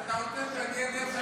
אתה רוצה שאני אענה?